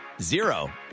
zero